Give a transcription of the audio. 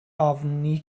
ofni